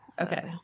okay